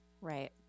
Right